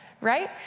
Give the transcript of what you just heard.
right